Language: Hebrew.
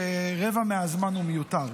שרבע מהזמן מיותר.